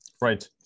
Right